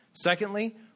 Secondly